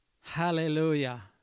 Hallelujah